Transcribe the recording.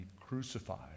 crucified